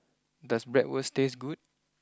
does Bratwurst taste good